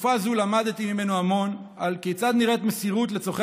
בתקופה זו למדתי ממנו המון על כיצד נראית מסירות לצורכי